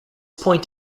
point